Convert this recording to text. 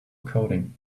coding